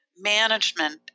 management